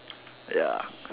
ya